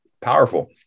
powerful